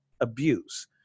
abuse